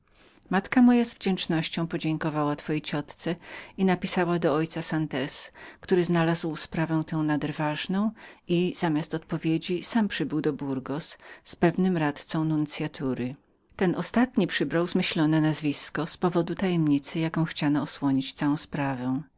matka moja z wdzięcznością podziękowała twojej ciotce i napisała do ojca santez który znalazł sprawę tę nader ważną i zamiast odpowiedzi sam przybył do burgos z pewnym radcą nuncjatury ten ostatni przybrał zmyślone nazwisko z powodu tajemnicy jaką chciano osłonić całą tę sprawę